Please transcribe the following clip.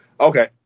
Okay